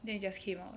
then they just came out